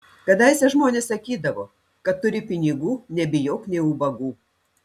kadaise žmonės sakydavo kad turi pinigų nebijok nė ubagų